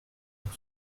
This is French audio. pour